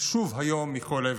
שוב היום מכל עבר,